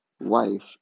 wife